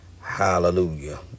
Hallelujah